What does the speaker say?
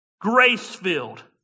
grace-filled